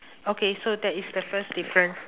okay so that is the first difference